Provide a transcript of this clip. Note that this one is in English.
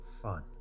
fun